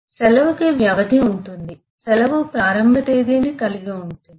సెలవుకి వ్యవధి ఉంటుంది సెలవు ప్రారంభ తేదీని కలిగి ఉంది